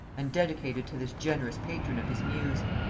and dedicated to this generous patron of his muse.